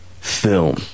film